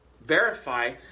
verify